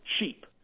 cheap